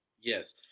Yes